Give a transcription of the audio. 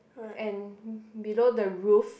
and below the roof